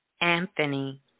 Anthony